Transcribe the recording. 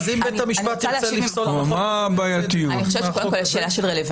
אז אם בית המשפט ירצה לפסול את החוק הוא יעשה את זה גם עם החוק הזה?